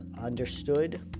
understood